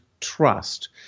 trust